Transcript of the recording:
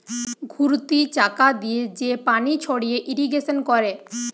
ঘুরতি চাকা দিয়ে যে পানি ছড়িয়ে ইরিগেশন করে